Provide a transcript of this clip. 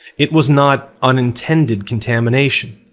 it was not unintended contamination.